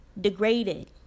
degraded